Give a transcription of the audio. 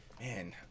man